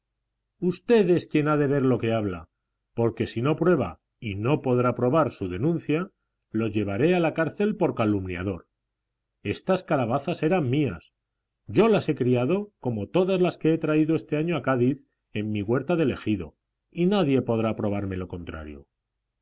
es quien ha de ver lo que habla porque si no prueba y no podrá probar su denuncia lo llevaré a la cárcel por calumniador estas calabazas eran mías yo las he criado como todas las que he traído este año a cádiz en mi huerta del egido y nadie podrá probarme lo contrario